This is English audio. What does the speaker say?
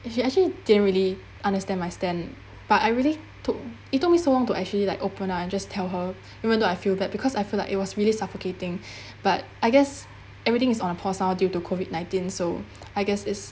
actual actually they don't really understand my stand but I really took it took me so long to actually like open up and just tell her even though I feel bad because I feel like it was really suffocating but I guess everything is on a pause now due to COVID nineteen so I guess it's